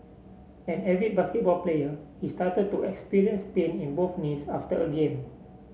an avid basketball player he started to experience pain in both knees after a game